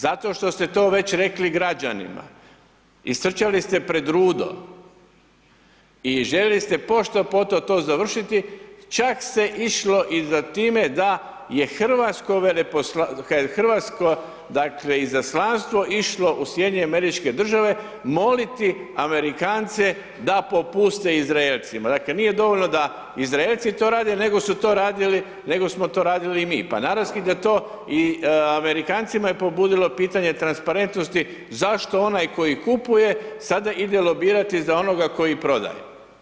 Zato što ste to već rekli građanima, istrčali ste pred rudo i željeli ste pošto poto to završiti, čak se išlo i za time da je Hrvatsko izaslanstvo išlo u SAD moliti Amerikance da popuste Izraelcima, dakle, nije dovoljno da Izraelci to rade, nego su to radili, nego smo to radili i mi, pa… [[Govornik se ne razumije]] da to i Amerikancima je pobudilo pitanje transparentnosti zašto onaj koji kupuje sada ide lobirati za onoga koji prodaje?